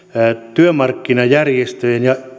työmarkkinajärjestöjen ja